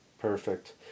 Perfect